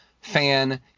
fan